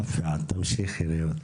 אף אחד, תמשיכי, רעות.